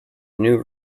new